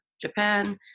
Japan